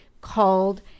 called